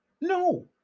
No